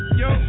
yo